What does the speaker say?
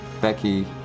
Becky